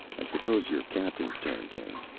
i suppose your captain's turned in?